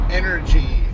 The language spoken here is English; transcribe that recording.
energy